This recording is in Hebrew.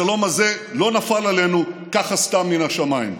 השלום הזה לא נפל עלינו ככה סתם מן השמיים.